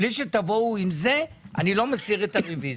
בלי שתבואו עם זה אני לא מסיר את הרוויזיה.